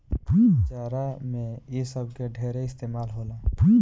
जाड़ा मे इ सब के ढेरे इस्तमाल होला